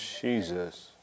Jesus